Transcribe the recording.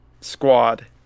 squad